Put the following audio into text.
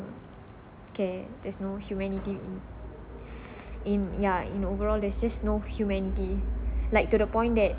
okay there's no humanity in in yeah in overall there's just no humanity like to the point that